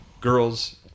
girls